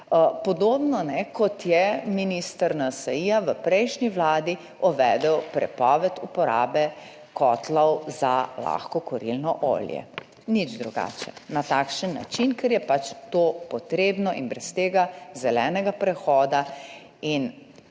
Podobno, kot je minister NSi v prejšnji vladi uvedel prepoved uporabe kotlov za lahko kurilno olje, nič drugače, na takšen način, ker je pač to potrebno in brez tega zelenega prehoda in